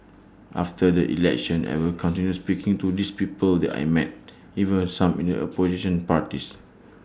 after the election I will continue speaking to these people that I met even some in the opposition parties